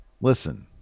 Listen